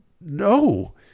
No